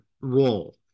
role